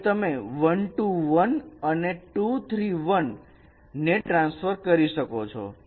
હવે તમે 1 2 1 અને 2 3 1 ને ટ્રાન્સફર કરી શકો છો